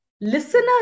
Listeners